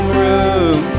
room